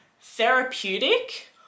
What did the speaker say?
therapeutic